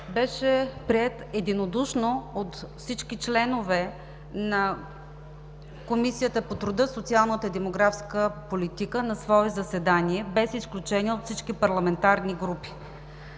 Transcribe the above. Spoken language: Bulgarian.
беше приет единодушно от всички членове на Комисията по труда, социалната и демографската политика на свое заседание без изключение от всички парламентарни групи.